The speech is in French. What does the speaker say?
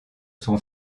son